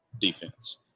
defense